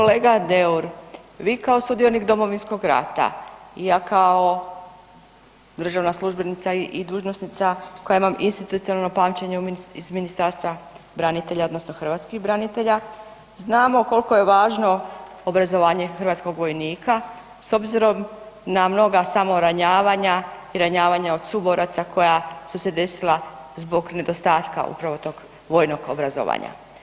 Kolega Deur, vi kao sudionik Domovinskog rata i ja kao državna službenica i dužnosnica koja imam institucionalno pamćenje iz Ministarstva branitelja odnosno hrvatskih branitelja, znamo kolko je važno obrazovanje hrvatskog vojnika s obzirom na mnoga samoranjavanja i ranjavanja od suboraca koja su se desila zbog nedostatka upravo tog vojnog obrazovanja.